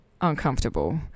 uncomfortable